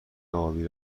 ابی